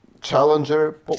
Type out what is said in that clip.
challenger